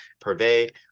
Purvey